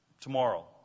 tomorrow